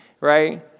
right